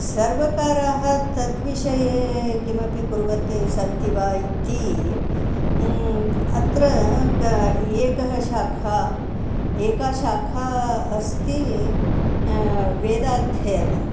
सर्वकाराः तद्विषये किमपि कुर्वत्यै सन्ति वा इति अत्र का एकः शाखा एका शाखा अस्ति वेदाध्ययनं